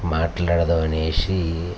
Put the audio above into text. మాట్లాడదాము అనేసి